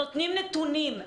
נותנים נתונים,